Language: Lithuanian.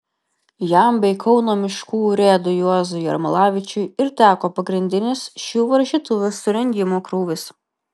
jam bei kauno miškų urėdui juozui jermalavičiui ir teko pagrindinis šių varžytuvių surengimo krūvis